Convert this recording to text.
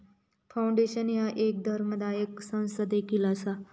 foundation ह्या एक धर्मादाय संस्था देखील असा